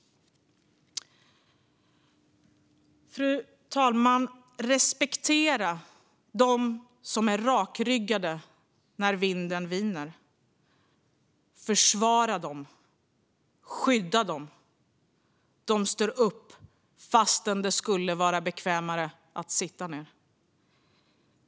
Fru talman! Respektera dem som är rakryggade när vinden viner! Försvara dem och skydda dem! De står upp fastän det skulle vara bekvämare att sitta ned.